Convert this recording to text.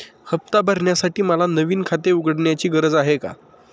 हफ्ता भरण्यासाठी मला नवीन खाते उघडण्याची गरज आहे का?